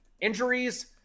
injuries